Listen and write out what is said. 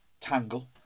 tangle